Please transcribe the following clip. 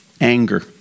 anger